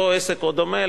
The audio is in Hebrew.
אותו עסק או דומה,